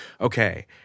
okay